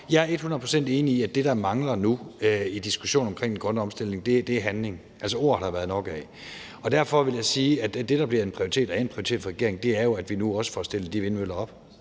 procent enig i, at det, der mangler nu i diskussionen omkring den grønne omstilling, er handling. Altså, ord har der været nok af, og derfor vil jeg jo også sige, at det, der er en prioritet for regeringen, er, at vi nu får stillet de vindmøller op,